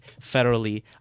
federally